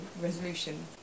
resolution